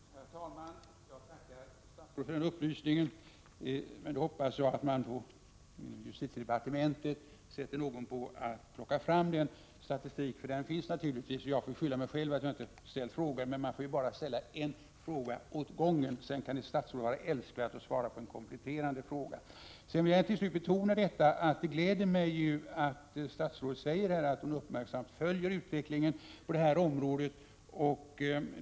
Herr talman! Jag tackar statsrådet för den upplysningen. Jag hoppas att man på justitiedepartementet sätter någon på att plocka fram denna statistik. Uppgifterna finns naturligtvis, och jag får väl skylla mig själv att jag inte ställde den frågan. Men man får ju bara ställa en fråga åt gången; sedan kan ett statsråd vara älskvärd nog att svara på en kompletterande fråga. Till slut vill jag betona att det gläder mig att statsrådet säger att hon uppmärksamt följer utvecklingen på det här området.